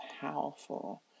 powerful